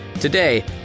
Today